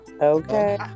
Okay